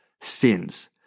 sins